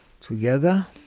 together